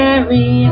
Mary